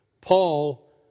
Paul